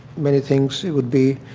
many things it will be,